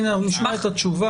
נשמע קודם את התשובה.